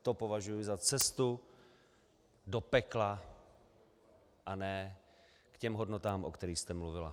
To považuji za cestu do pekla a ne k těm hodnotám, o kterých jste mluvila.